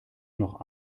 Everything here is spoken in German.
noch